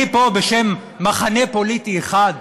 אני פה בשם מחנה פוליטי אחד?